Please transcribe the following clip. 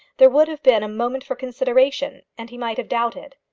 there would have been a moment for consideration, and he might have doubted.